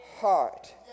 heart